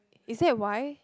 is that why